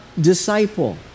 disciple